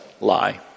lie